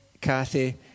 Kathy